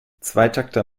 zweitakter